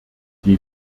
die